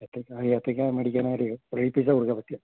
ഏത്തയ്ക്കാ ഏത്തയ്ക്കാ മേടിക്കുന്നവർ റെഡി പൈസ കൊടുക്കാതെ പറ്റില്ല